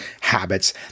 habits